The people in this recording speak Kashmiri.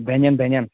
بنَن بنَن